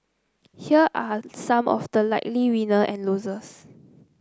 here are some of the likely winner and losers